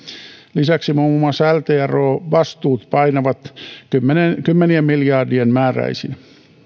lisäksi muun muassa ltro vastuut painavat kymmenien miljardien määräisinä